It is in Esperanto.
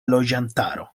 loĝantaro